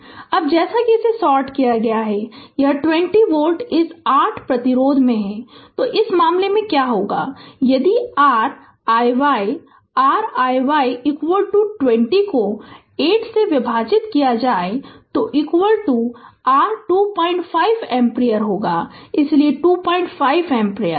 Refer Slide Time 0510 अब जैसा कि इसे सॉर्ट किया गया है और यह 20 वोल्ट इस 8 प्रतिरोध में है तो इस मामले में क्या होगा यदि r iy r iy 20 को 8 से विभाजित किया जाएगा वो r 25 एम्पीयर इसलिए 25 एम्पीयर